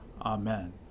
Amen